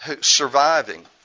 surviving